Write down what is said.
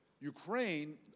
Ukraine